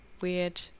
weird